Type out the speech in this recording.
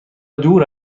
دور